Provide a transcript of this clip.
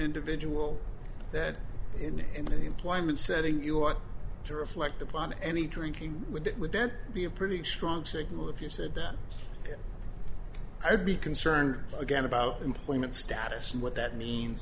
individual that in any employment setting you up to reflect upon any drinking would that would then be a pretty strong signal if you said that i'd be concerned again about employment status and what that means